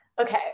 Okay